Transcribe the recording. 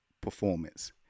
performance